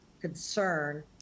concern